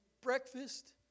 Breakfast